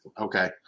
Okay